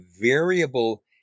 variable